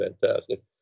fantastic